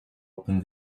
open